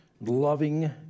loving